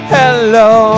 hello